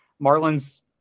Marlins